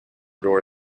door